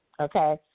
Okay